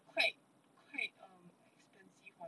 quite quite um expensive [one]